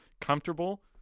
comfortable